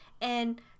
and-